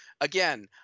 Again